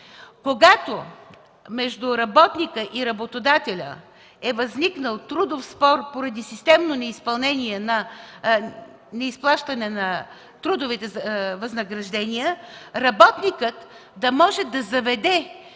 Когато между работника и работодателя е възникнал трудов спор поради системно неизплащане на трудовите възнаграждения, работникът да може да заведе